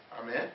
Amen